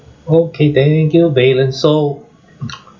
okay thank you valen so